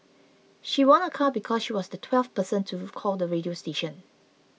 she won a car because she was the twelfth person to call the radio station